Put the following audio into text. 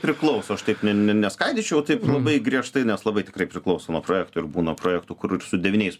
priklauso aš taip ne ne ne skaldyčiau taip labai griežtai nes labai tikrai priklauso nuo projektų ir būna projektų kur ir su devyniais